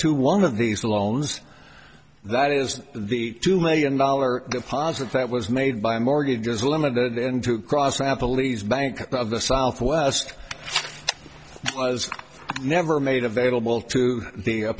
to one of these loans that is the two million dollar deposit that was made by mortgages limited into cross napoli's bank of the southwest was never made available to the